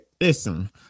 Listen